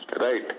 right